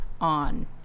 on